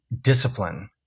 discipline